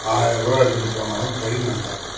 ஆயருபா எடுத்துகிட்டு போனாலும் பை ரொம்பாது